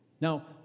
Now